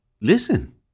listen